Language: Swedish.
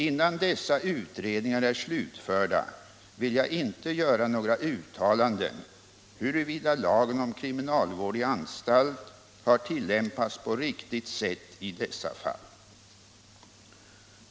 Innan dessa utredningar är slutförda vill jag inte göra några uttalanden huruvida lagen om kriminalvård i anstalt har tilllämpats på riktigt sätt i dessa fall.